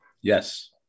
Yes